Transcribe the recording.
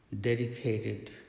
dedicated